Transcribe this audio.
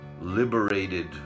liberated